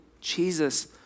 Jesus